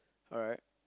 alright